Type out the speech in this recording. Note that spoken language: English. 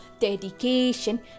dedication